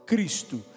Cristo